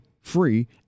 free